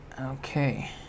Okay